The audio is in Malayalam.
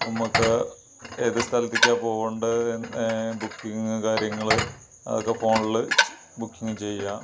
നമുക്ക് ഏത് സ്ഥലത്തേക്കാ പോവണ്ട ബുക്കിംഗ് കാര്യങ്ങൾ അതൊക്കെ ഫോണിൽ ചെയ്യാം ബുക്കിംഗ് ചെയ്യാം